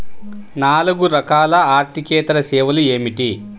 నాలుగు రకాల ఆర్థికేతర సేవలు ఏమిటీ?